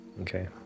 Okay